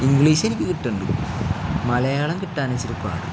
English എനിക്ക് കിട്ടാറുണ്ട് മലയാളം കിട്ടാനിത്തിരി പാടാണ്